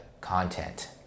content